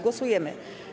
Głosujemy.